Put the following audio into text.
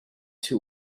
two